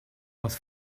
was